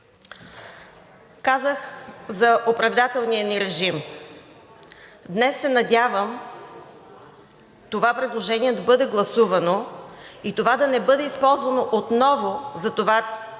Казах за оправдателния ни режим. Днес се надявам това предложение да бъде гласувано и това да не бъде използвано отново за това колко сме